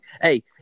Hey